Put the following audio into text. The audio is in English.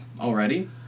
already